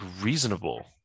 reasonable